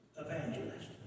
Evangelist